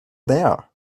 there